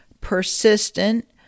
persistent